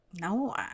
no